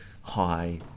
high